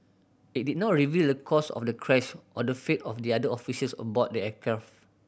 it did not reveal the cause of the crash or the fate of the other officials aboard the aircraft